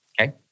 Okay